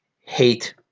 hate